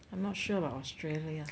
I'm not sure about australia